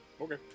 Okay